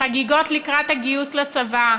חגיגות לקראת הגיוס לצבא,